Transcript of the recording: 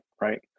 right